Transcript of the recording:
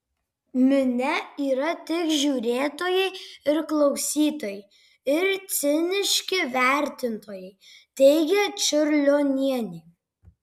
minia yra tik žiūrėtojai ir klausytojai ir ciniški vertintojai teigia čiurlionienė